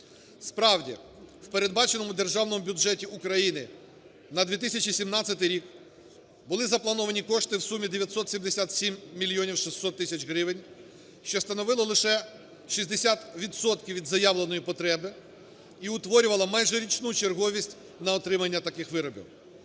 Справді, в передбаченому Державному бюджеті України на 2017 рік були заплановані кошти в сумі 977 мільйонів 600 тисяч гривень, що становило лише 60 відсотків від заявленої потреби і утворювала майже річну черговість на отримання таких виробів.